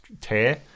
tear